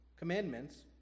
commandments